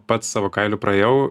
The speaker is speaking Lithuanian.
pats savo kailiu praėjau